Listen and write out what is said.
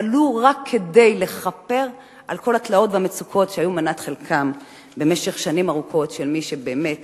ולו רק כדי לכפר על כל התלאות והמצוקות שהיו מנת חלקם של מי שבאמת